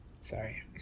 Sorry